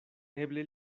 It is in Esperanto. eble